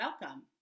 Welcome